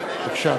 בבקשה.